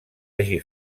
hagi